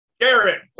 Garrett